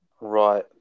right